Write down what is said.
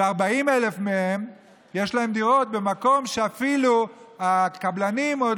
ול-40,000 מהם יש דירות במקום שהקבלנים אפילו עוד